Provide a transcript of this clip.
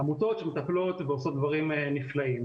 עמותות שמטפלות ועושות דברים נפלאים.